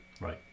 Right